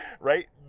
right